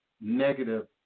negative